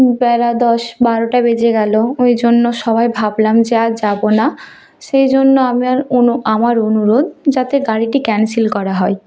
বেলা দশ বারোটা বেজে গেল ওই জন্য সবাই ভাবলাম যে আর যাব না সেই জন্য আমার অনু আমার অনুরোধ যাতে গাড়িটি ক্যান্সেল করা হয়